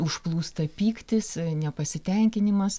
užplūsta pyktis nepasitenkinimas